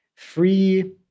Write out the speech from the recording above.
free